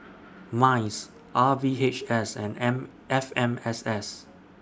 Mice R V H S and M F M S S